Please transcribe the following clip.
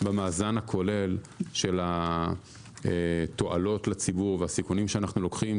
במאזן הכולל של התועלות לציבור והסיכונים שאנחנו לוקחים,